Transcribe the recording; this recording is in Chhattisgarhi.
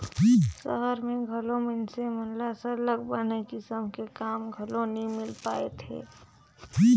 सहर में घलो मइनसे मन ल सरलग बने किसम के काम घलो नी मिल पाएत हे